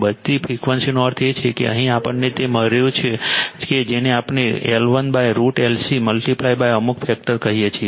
બધી ફ્રિક્વન્સીનો અર્થ એ છે કે અહીં આપણે તે મેળવ્યું છે કે જેને આપણે L1√L C મલ્ટીપ્લાયઅમુક ફેક્ટર કહીએ છીએ